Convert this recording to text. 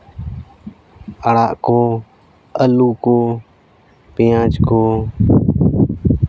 ᱟᱲᱟᱜ ᱠᱚ ᱟᱹᱞᱩ ᱠᱚ ᱯᱮᱸᱭᱟᱡᱽ ᱠᱚ